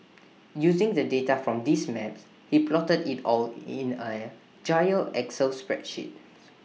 using the data from these maps he plotted IT all in A giant excel spreadsheets